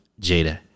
Jada